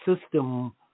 system